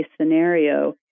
scenario